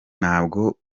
ntabwo